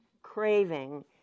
craving